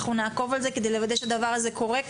אנחנו נעקוב כדי לוודא שהדבר הזה קורה.